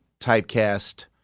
typecast